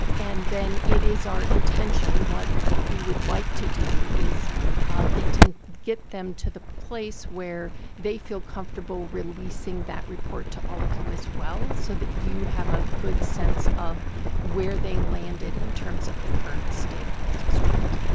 and then, it is our intention, what what we would like to do is get them to the place where they feel comfortable releasing that report to all of you as well, so that you have a good sense of where they landed in terms of the current state of the district.